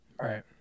Right